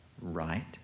right